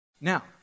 Now